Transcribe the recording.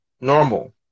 normal